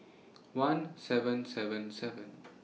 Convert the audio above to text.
one seven seven seven